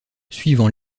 suivant